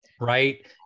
right